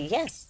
Yes